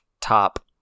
top